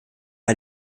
war